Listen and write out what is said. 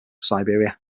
siberia